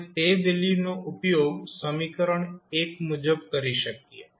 આપણે તે વેલ્યુનો ઉપયોગ સમીકરણ મુજબ કરી શકીએ